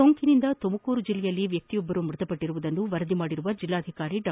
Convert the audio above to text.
ಸೋಂಕಿನಿಂದ ತುಮಕೂರು ಜಿಲ್ಲೆಯಲ್ಲಿ ವ್ವಕ್ಷಿಯೊಬ್ಬರು ಮೃತಪಟ್ಟರುವುದನ್ನು ವರದಿ ಮಾಡಿರುವ ಜಿಲ್ಲಾಧಿಕಾರಿ ಡಾ